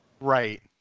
Right